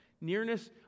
Nearness